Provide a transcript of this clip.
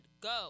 go